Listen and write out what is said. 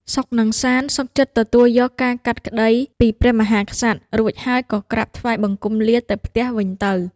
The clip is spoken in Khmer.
សុខ និងសាន្ត សុខចិត្តទទួលយកការកាត់ក្តីពីព្រះមហាក្សត្រ រួចហើយក៏ក្រាបថ្វាយបង្គំលាទៅផ្ទះវិញទៅ។